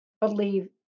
believe